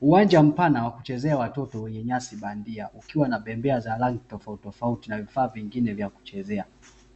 Uwanja mpana wa kuchezea watoto wenye nyasi bandia, ukiwa na bembea za rangi tofautitofauti na vifaa vingine vya kuchezea.